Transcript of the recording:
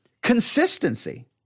consistency